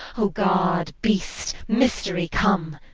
o god, beast, mystery, come!